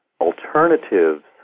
alternatives